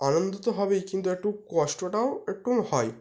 আনন্দ তো হবেই কিন্তু একটু কষ্টটাও একটু হয়